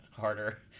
harder